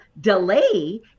delay